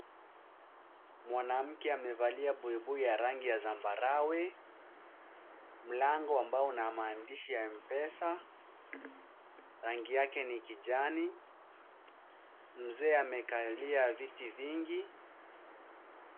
Mwanamke amevalia buibui ya rangi ya zambarau. Mlango ambao una maandishi ya M-Pesa, rangi yake ni kijani. Mzee amekalia viti vingi.